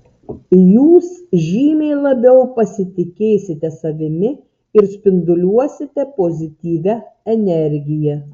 jūs žymiai labiau pasitikėsite savimi ir spinduliuosite pozityvia energija